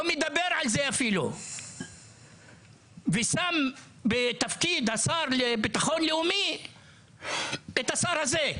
אפילו לא מדבר על זה ושם בתפקיד השר לביטחון לאומי את השר הזה,